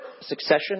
succession